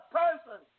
person